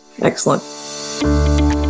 Excellent